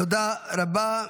תודה רבה.